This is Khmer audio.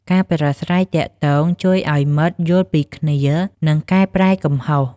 ការប្រាស្រ័យទាក់ទងជួយឱ្យមិត្តយល់ពីគ្នា និងកែប្រែកំហុស។